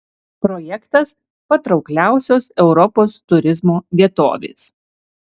projektas patraukliausios europos turizmo vietovės